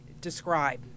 describe